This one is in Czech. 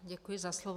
Děkuji za slovo.